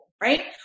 right